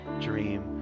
dream